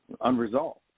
unresolved